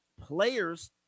players